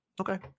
Okay